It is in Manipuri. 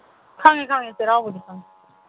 ꯈꯪꯉꯦ ꯈꯪꯗꯦ ꯆꯩꯔꯥꯎꯕꯗꯨ ꯈꯪꯉꯦ